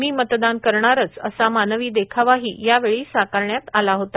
मी मतदान करणारच असा मानवी देखावाही यावेळी साकारण्यात आला होता